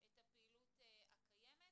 הפעילות הקיימת.